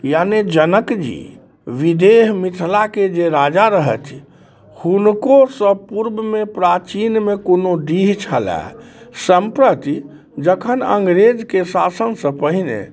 यानी जनक जी विदेह मिथिलाके जे राजा रहथि हुनकोसँ पूर्वमे प्राचीनमे कोनो डीह छलै सम्प्रति जखन अंग्रेजके शासनसँ पहिने